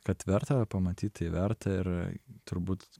kad verta pamatyti verta ir turbūt